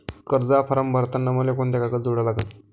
कर्जाचा फारम भरताना मले कोंते कागद जोडा लागन?